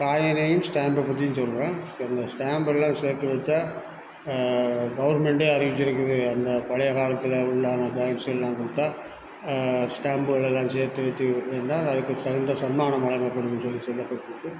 காயினையும் ஸ்டேம்ப்ப பற்றியும் சொல்கிறேன் ஸ் அந்த ஸ்டேம்ப்பெல்லாம் சேர்த்து வெச்சா கவர்மெண்ட்டே அறிவித்திருக்குது அந்த பழைய காலத்தில் உள்ளான காயின்ஸுகள்லாம் கொடுத்தா ஸ்டேம்ப்புகளெல்லாம் சேர்த்து வெச்சி இருந்தால் அதுக்கு தகுந்த சன்மானம் வழங்கப்படும்னு சொல்லி சொல்லப்பட்டிருக்கு